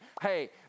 hey